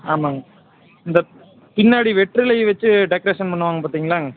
ஆமாங்க இந்த பின்னாடி வெற்றிலை வைச்சு டெக்கரேஷன் பண்ணுவாங்க பார்த்திங்களாங்க